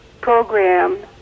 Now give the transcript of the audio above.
program